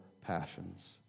passions